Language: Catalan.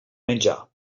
menjar